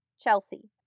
Chelsea